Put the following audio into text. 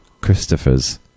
Christopher's